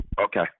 Okay